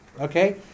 Okay